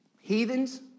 heathens